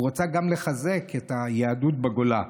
הוא רצה גם לחזק את היהדות בגולה.